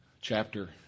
Chapter